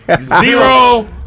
Zero